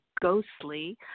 ghostly